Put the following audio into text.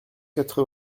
quatre